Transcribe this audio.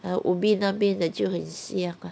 ah ubi 那边的就很香 ah